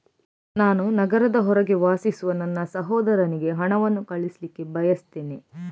ನಾನು ನಗರದ ಹೊರಗೆ ವಾಸಿಸುವ ನನ್ನ ಸಹೋದರನಿಗೆ ಹಣವನ್ನು ಕಳಿಸ್ಲಿಕ್ಕೆ ಬಯಸ್ತೆನೆ